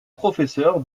professeur